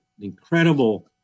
incredible